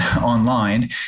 online